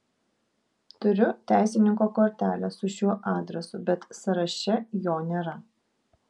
turiu teisininko kortelę su šiuo adresu bet sąraše jo nėra